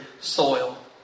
soil